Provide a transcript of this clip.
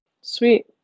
Sweet